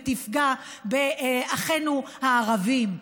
ותפגע באחינו הערבים,